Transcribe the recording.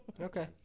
Okay